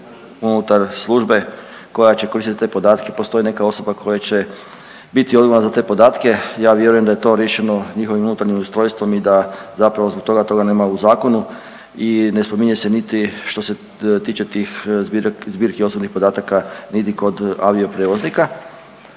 unutar službe koja će koristiti te podatke postoji neka osoba koja će biti odgovorna za te podatke. Ja vjerujem da je to riješeno njihovim unutarnjim ustrojstvom i da zapravo zbog toga, toga nema u zakonu i ne spominje se niti što se tiče tih zbirki osobnih podataka niti kod avioprijevoznika.